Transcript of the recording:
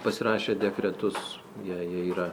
pasirašė dekretus jie jie yra